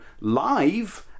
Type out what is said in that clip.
live